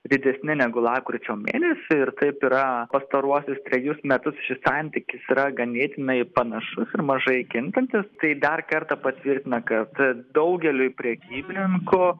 didesni negu lapkričio mėnesį ir taip yra pastaruosius trejus metus šis santykis yra ganėtinai panašus ir mažai kintantis tai dar kartą patvirtina kad daugeliui prekybininkų